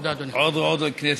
עדו אל-כנסת,